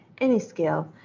AnyScale